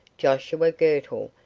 joshua girtle,